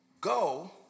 Go